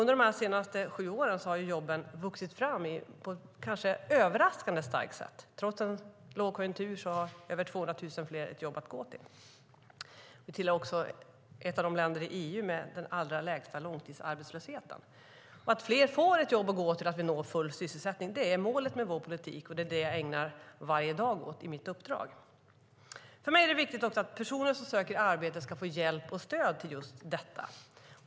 Under de senaste sju åren har jobben vuxit fram på ett kanske överraskande starkt sätt - trots en lågkonjunktur har över 200 000 fler människor ett jobb att gå till. Vi är också ett av de länder i EU som har den allra lägsta långtidsarbetslösheten. Att fler får ett jobb att gå till och att vi når full sysselsättning är målet med vår politik, och det är det jag ägnar varje dag åt i mitt uppdrag. För mig är det också viktigt att personer som söker arbete ska få hjälp och stöd i detta.